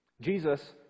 Jesus